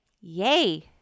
Yay